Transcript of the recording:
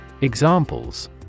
Examples